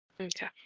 Okay